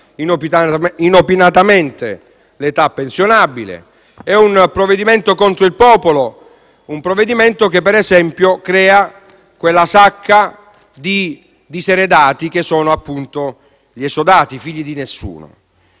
inopinatamente l'età pensionabile ed è contro il popolo un provvedimento che, per esempio, crea quella sacca di diseredati che sono appunto gli esodati, i figli di nessuno;